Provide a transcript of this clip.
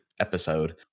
episode